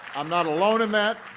i'm not alone in that.